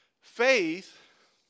faith